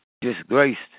disgraced